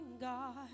God